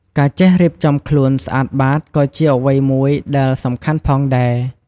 ការចេះរៀបចំខ្លួនស្អាតបាតក៏ជាអ្វីមួយដែលសំខាន់ផងដែរ។